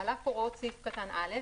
על אף הוראות סעיף קטן (א),